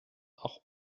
auch